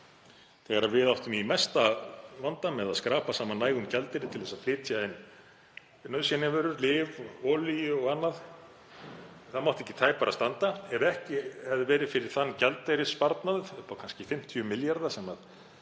þegar við áttum í mesta vanda með að skrapa saman nægum gjaldeyri til að flytja inn nauðsynjavörur, lyf, olíu og annað. Það mátti ekki tæpara standa. Ef ekki hefði verið fyrir þann gjaldeyrissparnað upp á kannski 50 milljarða sem